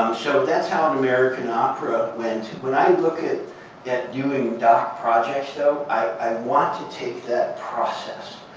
so that's how and american opera went. when i look at at doing doc projects, though, i want to take that process.